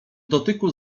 dotyku